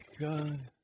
God